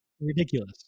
ridiculous